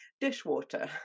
dishwater